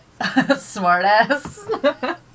smartass